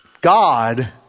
God